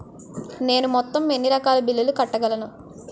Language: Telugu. నేను మొత్తం ఎన్ని రకాల బిల్లులు కట్టగలను?